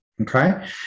Okay